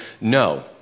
no